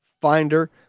finder